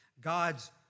God's